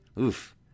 Oof